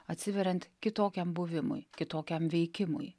atsiveriant kitokiam buvimui kitokiam veikimui